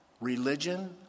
religion